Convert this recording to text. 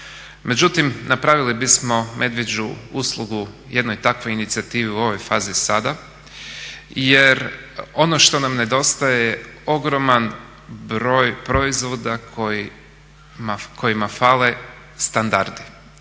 Međutim, napravili bismo medvjeđu uslugu u jednoj takvoj inicijativi u ovoj fazi sada jer ono što nam nedostaje ogroman broj proizvoda kojima fale standardi.